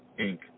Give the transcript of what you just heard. Inc